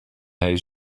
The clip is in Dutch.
hei